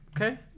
Okay